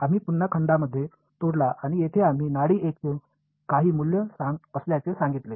आम्ही पुन्हा खंडांमध्ये तोडला आणि येथे आम्ही नाडी 1 चे काही मूल्य असल्याचे सांगितले